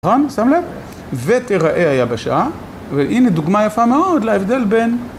שם לב? ותיראה היבשה, והנה דוגמה יפה מאוד להבדל בין